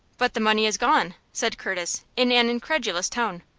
but the money is gone, said curtis, in an incredulous tone.